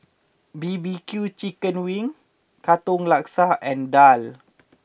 B B Q Chicken Wings Katong Laksa and Daal